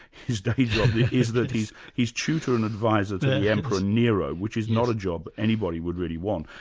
his day job is that he's he's tutor and advisor to the emperor nero, which is not a job anybody would really want,